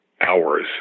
hours